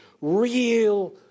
real